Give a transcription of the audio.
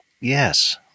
Yes